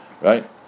right